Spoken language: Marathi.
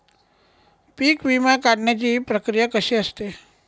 पीक विमा काढण्याची प्रक्रिया कशी असते?